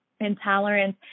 intolerance